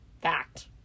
fact